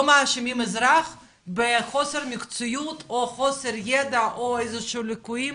לא מאשימים אזרח בחוסר מקצועיות או חוסר ידע או אילו שהם ליקויים